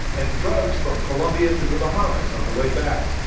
and drugs from colombia to the bahamas on the way back.